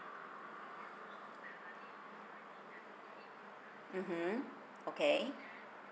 mmhmm okay